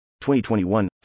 2021